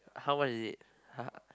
how much is it !huh!